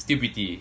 still pretty